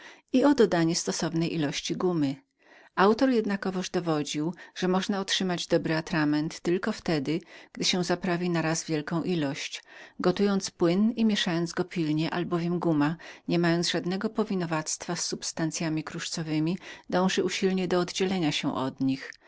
i o dodanie stosowne gummy autor jednakowoż dowodził że niepodobna była otrzymać dobrego atramentu jak tylko zaprawiając na raz wielką ilość gotując płyn i mieszając go pilnie albowiem gumma nie mając żadnej styczności z materyami kruszcowemi dążyła usilnie do oddzielenia się od nich